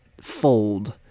fold